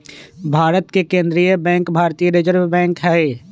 भारत के केंद्रीय बैंक भारतीय रिजर्व बैंक हइ